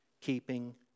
keeping